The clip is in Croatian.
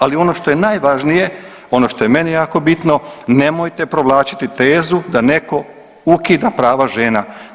Ali ono što je najvažnije, ono što je meni jako bitno nemojte provlačiti tezu da netko ukida prava žena.